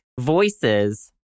voices